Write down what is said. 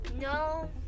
No